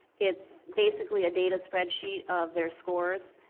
it's basically a data spread sheet of their scores,